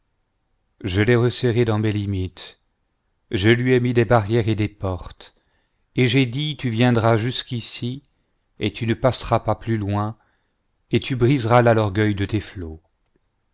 je l'ai resserrée dans mes limites je lui ai mis des barrières et des portes et j'ai dit tu viendras jusqu'ici et tu ne passeras pas plus loin et tu briseras là l'orgueil de tes flots